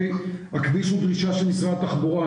הכביש הוא דרישה של משרד התחבורה.